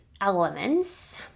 elements